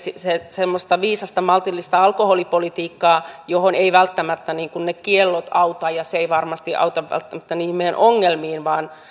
semmoista viisasta maltillista alkoholipolitiikkaa johon eivät välttämättä ne kiellot auta ja se ei varmasti auta välttämättä niihin meidän ongelmiin vaan